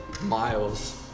Miles